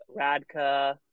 Radka